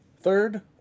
Third